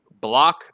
Block